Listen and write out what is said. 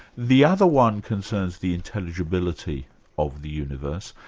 the other one concerns the intelligibility of the universe.